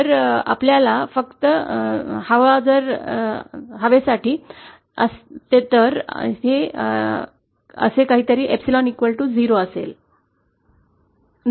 जर आपल्यात फक्त हवे साठी असते तर असे दिसते की हे सर्व 𝝴 0 असेल